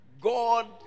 God